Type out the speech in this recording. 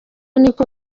niko